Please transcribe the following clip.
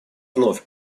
вновь